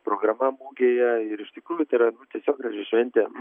programa mugėje ir iš tikrųjų tai yra tiesiog graži šventė